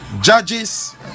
judges